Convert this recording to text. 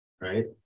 right